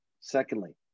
Secondly